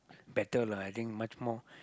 better lah I think much more